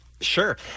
Sure